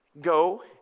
go